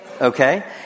okay